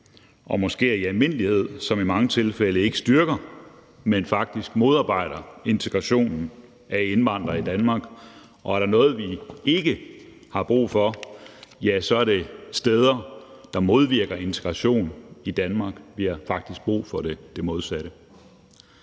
og moskéer i al almindelighed, som i mange tilfælde ikke styrker, men faktisk modarbejder integrationen af indvandrere i Danmark. Og er der noget, vi ikke har brug for, er det steder, der modvirker integration i Danmark. Vi har faktisk brug for det modsatte.